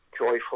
joyful